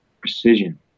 precision